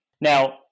Now